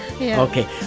Okay